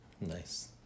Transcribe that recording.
nice